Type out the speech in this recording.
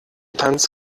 tanz